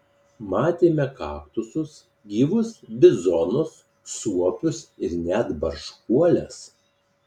matėme kaktusus gyvus bizonus suopius ir net barškuoles